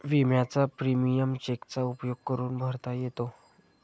विम्याचा प्रीमियम चेकचा उपयोग करून भरता येतो